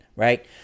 Right